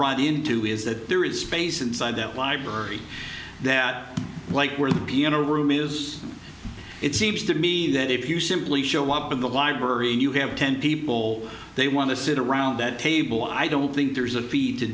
ride into is that there is space inside that library that like we're in a room is it seems to me that if you simply show up in the library and you have ten people they want to sit around that table i don't think there is a feed to